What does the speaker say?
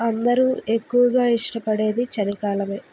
అందరూ ఎక్కువగా ఇష్టపడేది చలికాలమే